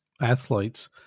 athletes